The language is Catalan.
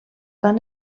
van